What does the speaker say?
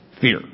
Fear